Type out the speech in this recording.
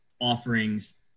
offerings